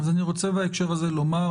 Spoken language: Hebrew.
אני רוצה בהקשר הזה לומר,